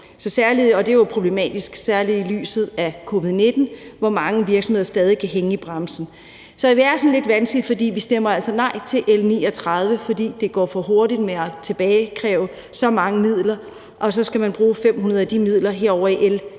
det er jo problematisk, særlig i lyset af covid-19, hvor mange virksomheder stadig kan hænge i bremsen. Så det er lidt vanskeligt, men vi stemmer altså nej til L 39, fordi det går for hurtigt med at opkræve så mange midler, og så skal man bruge 500 mio. kr. af de midler herovre i L